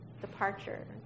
departure